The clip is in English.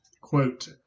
quote